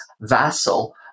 vassal